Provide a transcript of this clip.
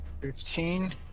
Fifteen